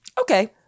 Okay